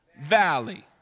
valley